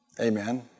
Amen